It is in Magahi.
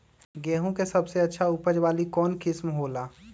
गेंहू के सबसे अच्छा उपज वाली कौन किस्म हो ला?